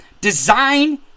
Design